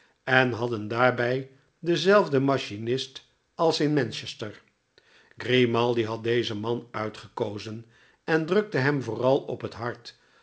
en hadden daarbij denzelfden machinist als in manchester grimaldi had dezen man uitgekozen en drukte hem vooral op het hart